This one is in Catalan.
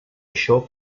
això